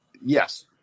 yes